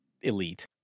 elite